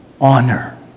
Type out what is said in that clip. Honor